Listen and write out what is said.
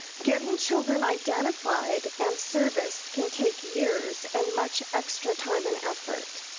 getting children identified and serviced can take years and much extra time and effort.